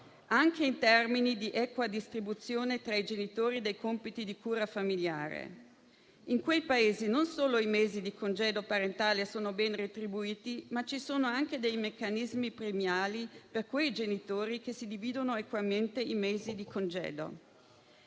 anche in termini di equa distribuzione tra i genitori dei compiti di cura familiare. In quei Paesi non solo i mesi di congedo parentale sono ben retribuiti, ma ci sono anche dei meccanismi premiali per quei genitori che si dividono equamente i mesi di congedo